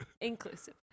inclusive